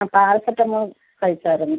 ആ പാരസെറ്റമോൾ കഴിച്ചിരുന്നു